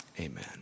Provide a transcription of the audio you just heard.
Amen